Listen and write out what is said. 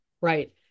Right